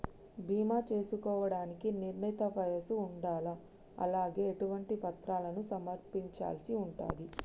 బీమా చేసుకోవడానికి నిర్ణీత వయస్సు ఉండాలా? అలాగే ఎటువంటి పత్రాలను సమర్పించాల్సి ఉంటది?